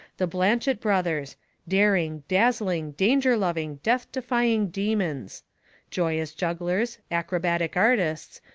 the blanchet brothers daring, dazzling, danger-loving, death-defying demons joyous jugglers, acrobatic artists,